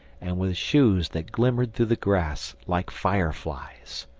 and with shoes that glimmered through the grass like fireflies.